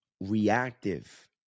reactive